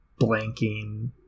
blanking